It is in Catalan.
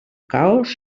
caos